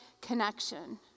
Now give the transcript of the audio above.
connection